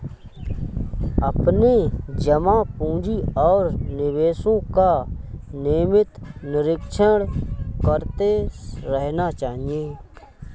अपने जमा पूँजी और निवेशों का नियमित निरीक्षण करते रहना चाहिए